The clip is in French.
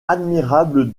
admirable